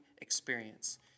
experience